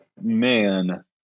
man